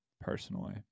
personally